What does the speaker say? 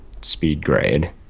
SpeedGrade